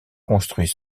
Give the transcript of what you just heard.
construit